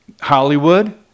Hollywood